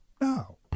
No